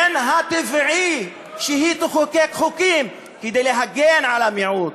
מן הטבעי שהיא תחוקק חוקים כדי להגן על המיעוט,